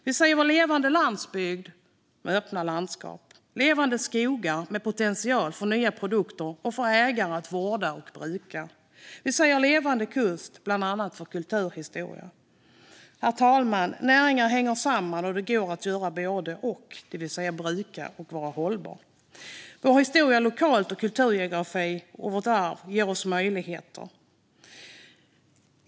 Vi säger levande landsbygd med öppna landskap, levande skogar med potential för nya produkter och för ägare att vårda och bruka. Vi säger levande kust för att bland annat ta till vara vår kulturhistoria. Herr talman! Näringar hänger samman, och det går att göra både och, det vill säga bruka och vara hållbar. Vår historia lokalt, vår kulturgeografi och vårt arv ger oss möjligheter.